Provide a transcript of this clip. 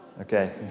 Okay